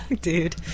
Dude